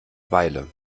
weile